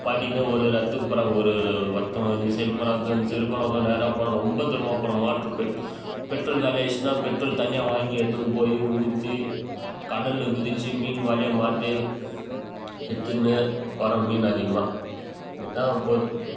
மாட்டிக்கின்னு ஒரு ஒரு இடத்துக்கு போகிறாங்க ஒரு ஒரு ஒருத்தவன் இந்த சைடு போகிறான் ஒருத்தவன் இந்த சைடு போகிறான் ஒருத்தவன் நேராக போகிறான் ரொம்ப தூரமாக போகிறான் மோட்ரு பெட் பெட்ரோல் காலியாயிடுச்சுன்னால் பெட்ரோல் தனியாக வாங்கி எடுத்துன்னு போயி ஊற்றி கடலில் குதிச்சு மீன் வலையை மாட்டி எடுத்துன்னு வரோம் மீன் அதிகமாக இந்தமாரி தான் போகுது